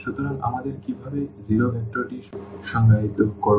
সুতরাং আমরা কীভাবে শূন্য ভেক্টরটি সংজ্ঞায়িত করব